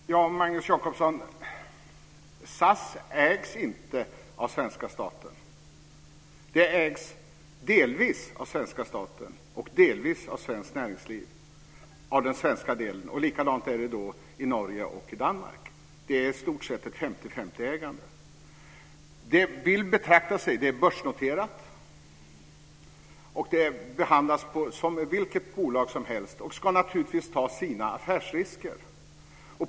Fru talman! Magnus Jacobsson, SAS ägs inte av svenska staten. Den svenska delen av SAS ägs delvis av svenska staten och delvis av svenskt näringsliv. Likadant är det i Norge och i Danmark. Det är i stort sett ett 50-50-ägande. SAS är börsnoterat och behandlas som vilket bolag som helst och ska naturligtvis ta sina affärsrisker.